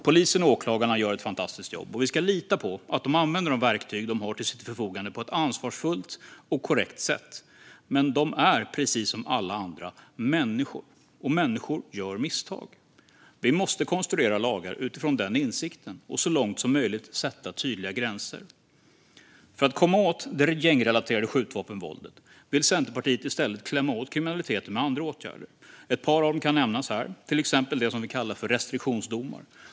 Polisen och åklagarna gör ett fantastiskt jobb, och vi ska lita på att de använder de verktyg de har till sitt förfogande på ett ansvarsfullt och korrekt sätt. Men de är precis som alla andra människor, och människor gör misstag. Vi måste konstruera lagar utifrån den insikten och så långt som möjligt sätta tydliga gränser. För att komma åt det gängrelaterade skjutvapenvåldet vill Centerpartiet i stället klämma åt kriminaliteten med andra åtgärder. Ett par av dem kan nämnas, till exempel det vi kallar restriktionsdomar.